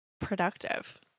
productive